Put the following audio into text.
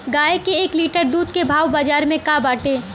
गाय के एक लीटर दूध के भाव बाजार में का बाटे?